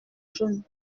jeune